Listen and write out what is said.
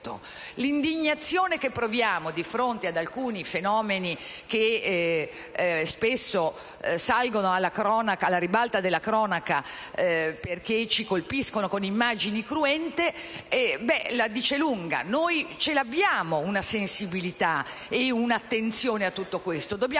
L'indignazione che proviamo di fronte ad alcuni fenomeni che spesso salgono alla ribalta della cronaca, perché ci colpiscono con immagini cruente, la dice lunga: abbiamo una sensibilità ed un'attenzione a tutto questo,